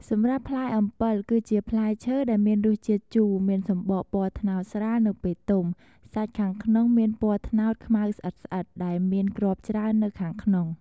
សម្រាប់ផ្លែអំពិល គឺជាផ្លែឈើដែលមានរសជាតិជូរមានសំបកពណ៌ត្នោតស្រាល នៅពេលទុំ សាច់ខាងក្នុងមានពណ៌ត្នោតខ្មៅស្អិតៗ ដែលមានគ្រាប់ច្រើននៅខាងក្នុង។